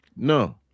No